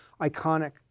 iconic